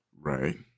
Right